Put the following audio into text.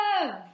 Love